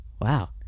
Wow